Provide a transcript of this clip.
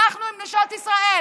אנחנו עם נשות ישראל.